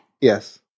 Yes